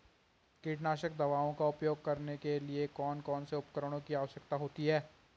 कीटनाशक दवाओं का उपयोग करने के लिए कौन कौन से उपकरणों की आवश्यकता होती है?